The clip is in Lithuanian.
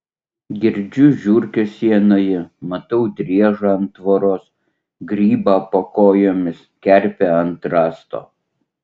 girdžiu žiurkes sienoje matau driežą ant tvoros grybą po kojomis kerpę ant rąsto